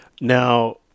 now